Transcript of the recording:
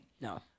no